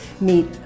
meet